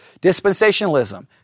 Dispensationalism